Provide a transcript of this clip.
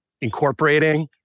incorporating